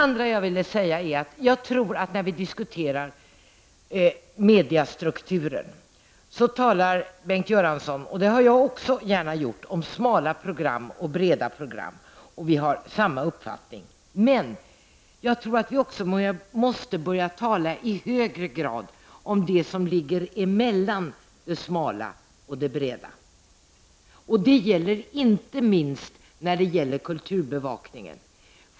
Sedan vill jag också säga att när vi diskuterar mediestrukturen talar Bengt Göransson — och det har jag också gärna gjort — om smala program och breda program. Vi har samma uppfattning, men jag tror att vi också måste börja tala i högre grad om det som ligger mellan det smala och det breda. Det gäller inte minst kulturbevakningen.